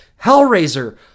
Hellraiser